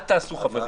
אל תעשו, חברים,